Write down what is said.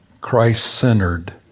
Christ-centered